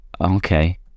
Okay